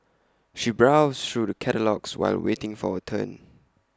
she browsed through the catalogues while waiting for her turn